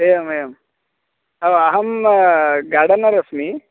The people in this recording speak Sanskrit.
एवमेवम् ओ अहं गार्डनर् अस्मि